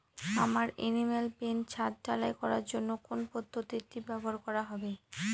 আমার animal pen ছাদ ঢালাই করার জন্য কোন পদ্ধতিটি ব্যবহার করা হবে?